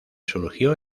surgió